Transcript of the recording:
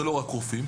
זה לא רק רופאים,